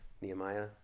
Nehemiah